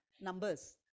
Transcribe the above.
numbers